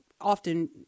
often